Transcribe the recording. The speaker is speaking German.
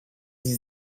sie